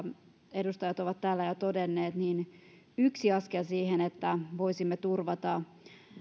edustajat ovat täällä jo todenneet yksi askel siihen että voisimme turvata